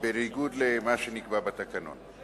בניגוד למה שנקבע בתקנון.